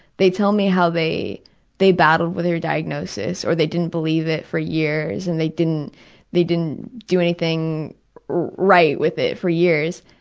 they tell me how they they battled with their diagnosis or they didn't believe it for years and they didn't they didn't do anything right with it for years.